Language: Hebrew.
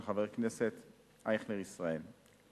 של חבר הכנסת אייכלר ישראל.